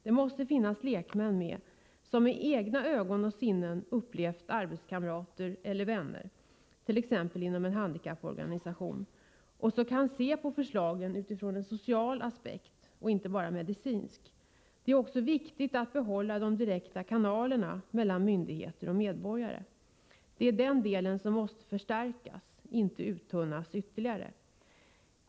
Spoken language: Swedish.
Det måste finnas lekmän med, som med egna ögon och sinnen upplevt arbetskamrater eller vänner, t.ex. inom en handikapporganisation, och som kan se på förslagen utifrån social aspekt, inte bara medicinsk. Det är också viktigt att behålla de direkta kanalerna mellan myndigheter och medborgarna. Det är den delen som måste förstärkas, inte uttunnas ytterligare.